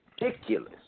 ridiculous